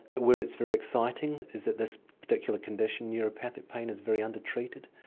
where it's very exciting is that this particular condition, neuropathic pain, is very under-treated,